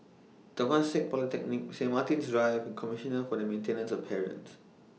Temasek Polytechnic Saint Martin's Drive and Commissioner For The Maintenance of Parents